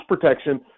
protection